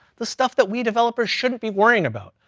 the stuff that we developers shouldn't be worrying about.